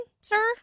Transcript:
sir